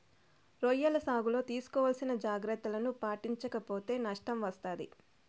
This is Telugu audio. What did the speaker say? రొయ్యల సాగులో తీసుకోవాల్సిన జాగ్రత్తలను పాటించక పోతే నష్టం వస్తాది